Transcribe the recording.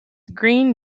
green